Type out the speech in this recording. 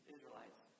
Israelites